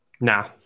Nah